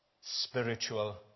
spiritual